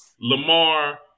Lamar